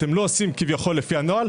אתם לא עושים כביכול לפי הנוהל,